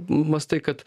mąstai kad